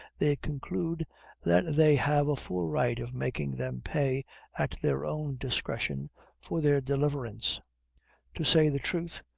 they conclude that they have a full right of making them pay at their own discretion for their deliverance to say the truth,